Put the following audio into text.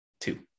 two